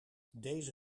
deze